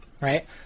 right